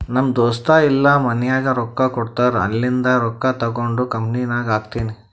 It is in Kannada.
ನಮ್ ದೋಸ್ತ ಇಲ್ಲಾ ಮನ್ಯಾಗ್ ರೊಕ್ಕಾ ಕೊಡ್ತಾರ್ ಅಲ್ಲಿಂದೆ ರೊಕ್ಕಾ ತಗೊಂಡ್ ಕಂಪನಿನಾಗ್ ಹಾಕ್ತೀನಿ